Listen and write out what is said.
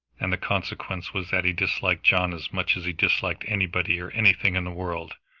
and the consequence was that he disliked john as much as he disliked anybody or anything in the world.